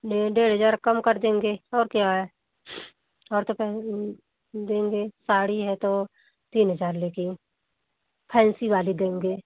ये डेढ़ हजार कम कर देंगे और क्या है और तो क देंगे साड़ी है तो तीन हजार लेते हैं फ़ैन्सि वाली देंगे